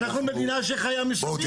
אנחנו מדינה שחיה ---.